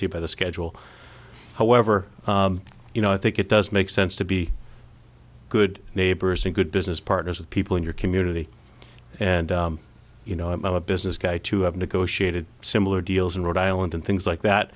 see by the schedule however you know i think it does make sense to be good neighbors and good business partners of people in your community and you know i'm a business guy to have negotiated similar deals in rhode island and things like that